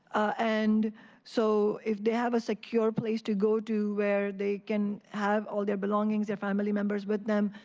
and so if they have a secure place to go to where they can have all their belongings, their family members with them,